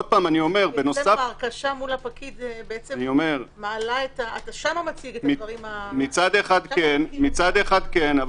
ההרכשה מול הפקיד- -- מצד אחד כן,